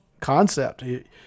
concept